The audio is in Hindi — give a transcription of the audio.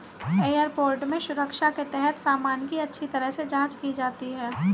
एयरपोर्ट में सुरक्षा के तहत सामान की अच्छी तरह से जांच की जाती है